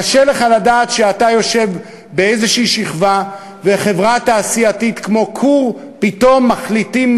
קשה לך לדעת שפתאום חברה כזאת או אחרת משתמשים בה כדי לקנות,